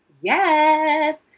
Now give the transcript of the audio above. Yes